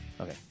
Okay